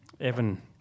Evan